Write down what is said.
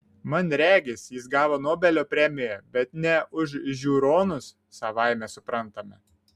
man regis jis gavo nobelio premiją bet ne už žiūronus savaime suprantama